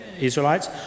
Israelites